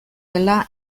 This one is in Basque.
dela